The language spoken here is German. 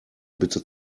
bitte